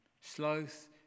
sloth